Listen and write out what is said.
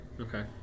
Okay